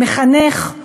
מחנך,